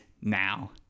now